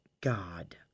God